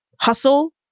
hustle